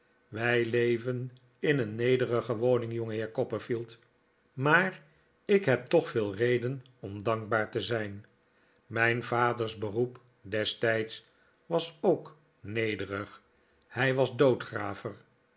wij leven in een nederige woning jongeheer copperfield maar ik heb toch veel reden om dankbaar te zijn mijn vaders beroep destijds was ook nederig hij was